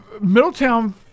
middletown